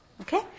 Okay